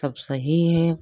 सब सही है